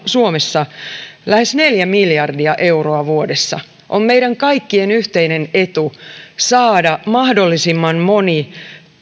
suomessa lähes neljä miljardia euroa vuodessa on meidän kaikkien yhteinen etu saada mahdollisimman moni